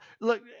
look